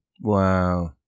Wow